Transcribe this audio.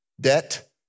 debt